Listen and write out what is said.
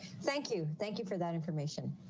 thank you. thank you for that information.